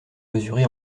mesuré